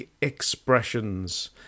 expressions